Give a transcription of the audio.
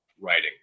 writing